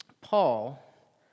Paul